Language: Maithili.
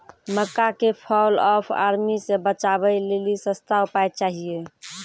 मक्का के फॉल ऑफ आर्मी से बचाबै लेली सस्ता उपाय चाहिए?